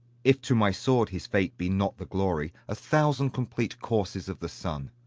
if to my sword his fate be not the glory, a thousand complete courses of the sun!